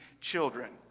children